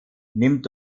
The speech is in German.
nimmt